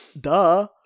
duh